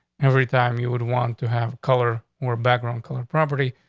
every time you would want to have color or background color property,